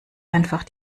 einfach